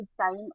time